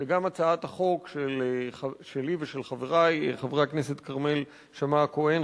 שגם הצעת החוק שלי ושל חברי חבר הכנסת כרמל שאמה-הכהן,